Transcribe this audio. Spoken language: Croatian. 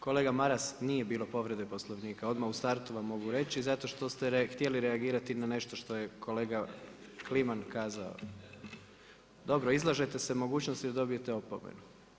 Kolega Maras nije bilo povrede Poslovnika, odmah u startu vam mogu reći zato što ste htjeli reagirati na nešto što je kolega Kliman kazao. … [[Upadica se ne čuje.]] Dobro, izlažete se mogućnosti da dobijete opomenu.